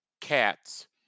Cats